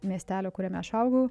miestelio kuriame aš augau